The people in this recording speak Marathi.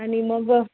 आणि मग